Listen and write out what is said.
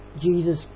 Jesus